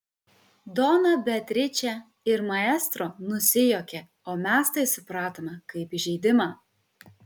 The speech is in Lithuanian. dona beatričė ir maestro nusijuokė o mes tai supratome kaip įžeidimą